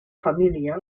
família